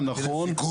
דברייך,